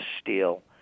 steal